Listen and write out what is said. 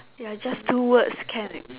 ya just two words can